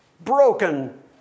broken